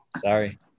Sorry